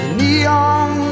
neon